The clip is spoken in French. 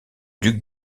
duc